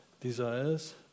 desires